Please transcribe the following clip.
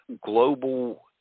global